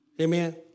Amen